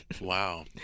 Wow